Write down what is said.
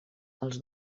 els